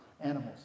animals